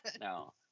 No